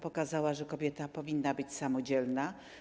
Pokazała, że kobieta powinna być samodzielna.